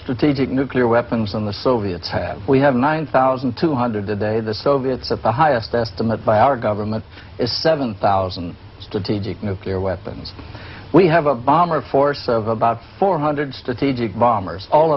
strategic nuclear weapons on the soviets have we have nine thousand two hundred today the soviets at the highest estimate by our government is seven thousand strategic nuclear weapons we have a bomber force of about four hundred strategic bombers all